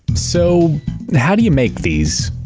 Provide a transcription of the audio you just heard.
so how do you make these?